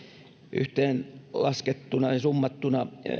yhteenlaskettuna ja summattuna